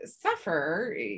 suffer